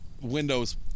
windows